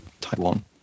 Taiwan